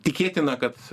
tikėtina kad